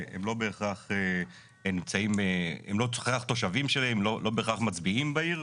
בהכרח תושבים של העיר, לא בהכרח מצביעים בעיר,